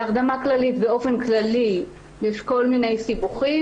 להרדמה הכללית באופן כללי יש כל מיני סיבוכים.